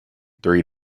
three